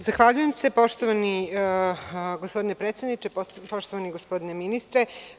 Zahvaljujem se poštovani gospodine predsedniče, poštovani gospodine ministre.